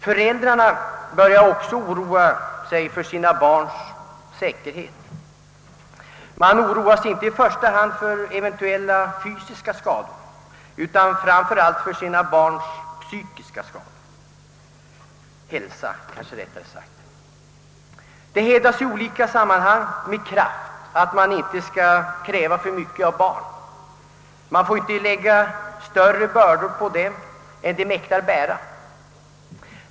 Föräldrarna börjar också oroa sig för sina barns säkerhet. Man oroas inte i första hand för eventuella fysiska skador utan framför allt för sina barns psykiska hälsa. Det hävdas i olika sammanhang med kraft, att man inte skall kräva för mycket av barn — man får inte lägga större bördor på dem än de mäktar bära.